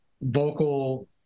vocal